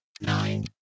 nine